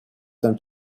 том